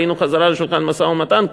ראינו חזרה לשולחן המשא-ומתן?